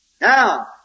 Now